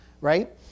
right